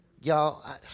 Y'all